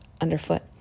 underfoot